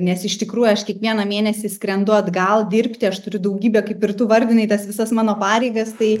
nes iš tikrųjų aš kiekvieną mėnesį skrendu atgal dirbti aš turiu daugybę kaip ir tu vardinai tas visas mano pareigas tai